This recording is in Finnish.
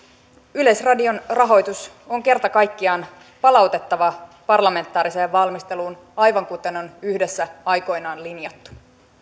yleisradion rahoitus on kerta kaikkiaan palautettava parlamentaariseen valmisteluun aivan kuten on yhdessä aikoinaan linjattu